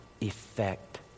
effect